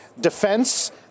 defense